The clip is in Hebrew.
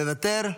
מוותר,